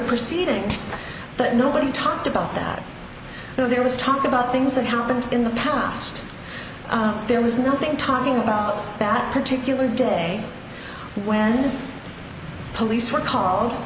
proceedings that nobody talked about that there was talk about things that happened in the past there was nothing talking about that particular day when police were called